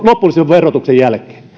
lopullisen verotuksen jälkeen